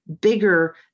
bigger